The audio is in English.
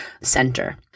center